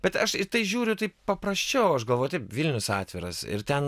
bet aš į tai žiūriu taip paprasčiau aš galvoju taip vilnius atviras ir ten